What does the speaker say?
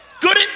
Good